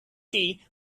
key